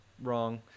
wrong